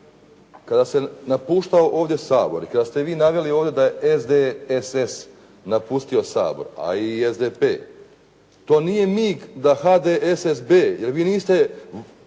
kada se napuštao ovdje Sabor i kada ste vi ovdje da je SDSS napustio Sabor a i SDP, to nije mig da HDSSB, jer vi niste